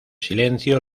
silencio